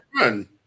run